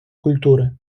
культури